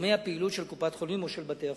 בתחומי הפעילות של קופת-חולים או של בתי-החולים.